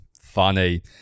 Funny